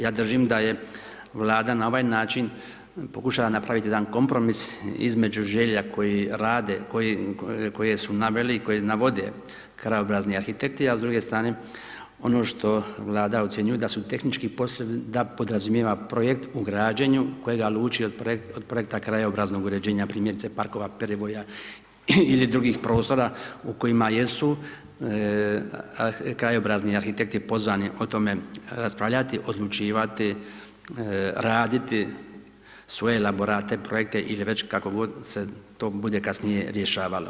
Ja držim da je Vlada na ovaj način pokušala napravit jedan kompromis između želja koji rade, koje su naveli i koje navode krajobrazni arhitekti, a s druge strane ono što Vlada ocjenjuje da su tehnički poslovi da podrazumijeva projekt u građenju kojega luči od projekta krajobraznog uređenja primjerice parkova, perivoja ili drugih prostora u kojima jesu krajobrazni arhitekti pozvani o tome raspravljati, odlučivati, raditi svoje elaborate, projekte ili već kako god se to bude kasnije rješavalo.